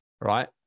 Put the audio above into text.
right